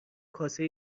کاسه